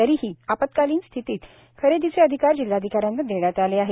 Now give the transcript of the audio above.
तरीही आपत्कालीन स्थितीत खरेदीचे अधिकार जिल्हाधिकाऱ्यांना देण्यात आले आहे